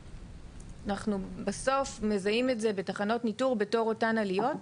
אנחנו בסוף מזהים את זה בתחנות ניטור בתור אותן עליות,